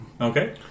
Okay